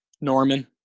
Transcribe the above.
Norman